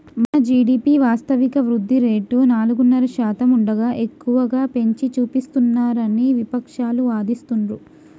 మన జీ.డి.పి వాస్తవిక వృద్ధి రేటు నాలుగున్నర శాతం ఉండగా ఎక్కువగా పెంచి చూపిస్తున్నారని విపక్షాలు వాదిస్తుండ్రు